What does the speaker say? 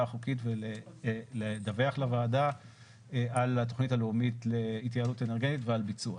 החוקית ולדווח לוועדה על התוכנית הלאומית להתייעלות אנרגטית ועל ביצועה.